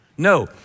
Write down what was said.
No